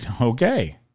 Okay